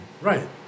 Right